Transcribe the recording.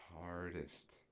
hardest